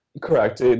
Correct